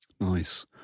Nice